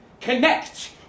Connect